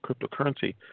cryptocurrency